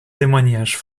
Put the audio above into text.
témoignages